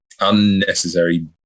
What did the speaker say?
unnecessary